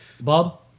Bob